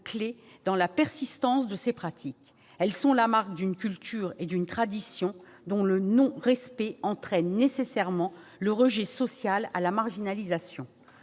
clé dans la persistance de ces pratiques : elles sont la marque d'une culture et d'une tradition, dont le non-respect entraîne nécessairement le rejet social et la marginalisation